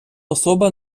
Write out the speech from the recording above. особа